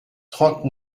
trente